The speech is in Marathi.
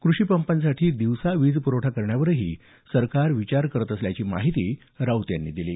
कृषीपंपांसाठी दिवसा वीज पुरवठा करण्यावरही सरकार विचार करत असल्याची माहिती राऊत यांनी दिली